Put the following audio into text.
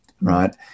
right